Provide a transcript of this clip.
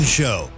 show